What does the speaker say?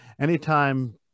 anytime